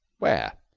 where?